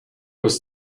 was